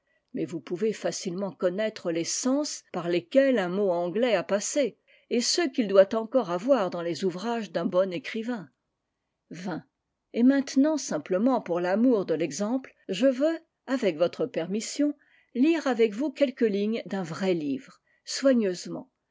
mais vous pouvez facilement connaître les sens par lesquels un mot anglais a passé et ceux qu'il doit encore avoir dans les ouvrages d'un bon écrivain et maintenant simplement pour l'amour de l'exemple je veux avec votre permission lire avec vous quelques lignes d'un vrai livre